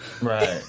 Right